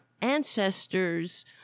ancestors